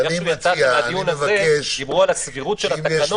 בדיון הזה דיברו על הסבירות של התקנות